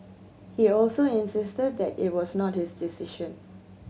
he also insisted that it was not his decision